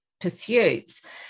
pursuits